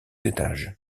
étages